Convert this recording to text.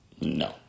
no